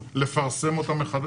לפרסם אותם מחדש.